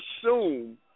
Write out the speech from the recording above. assume